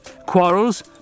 quarrels